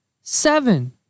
Seven